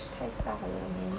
太大了 man